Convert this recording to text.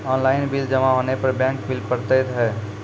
Online bill जमा होने पर बैंक बिल पड़तैत हैं?